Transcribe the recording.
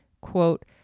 quote